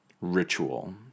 ritual